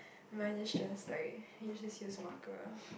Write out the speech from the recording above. mine is just like hey just use marker